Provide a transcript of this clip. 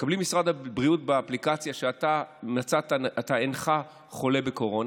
שמקבלים ממשרד הבריאות באפליקציה שאתה אינך חולה בקורונה,